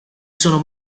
sono